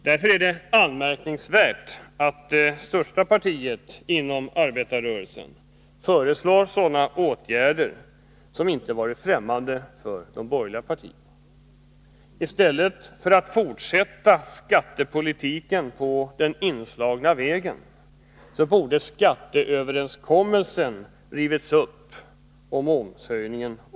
Därför är det anmärkningsvärt att det större partiet inom arbetarrörelsen föreslår sådana åtgärder som inte varit främmande för borgerligheten. I stället för att fortsätta skattepolitiken på den inslagna vägen borde man ha rivit upp skatteöverenskommelsen och återtagit momshöjningen.